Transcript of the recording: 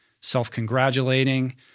self-congratulating